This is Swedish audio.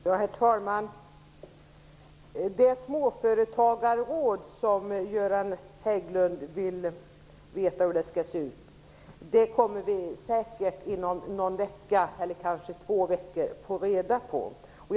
Herr talman! Göran Hägglund vill få uppgift om småföretagarrådets sammansättning. Vi kommer säkert inom en eller kanske två veckor att få reda på detta.